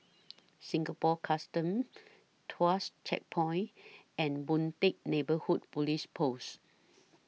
Singapore Customs Tuas Checkpoint and Boon Teck Neighbourhood Police Post